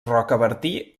rocabertí